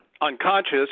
Unconscious